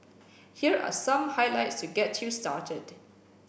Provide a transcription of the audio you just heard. here are some highlights to get you started